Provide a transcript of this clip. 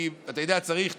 כי אתה יודע, צריך תשובה,